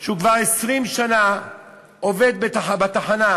פנה אלי טכנאי, שכבר 20 שנה עובד בתחנה.